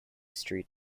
street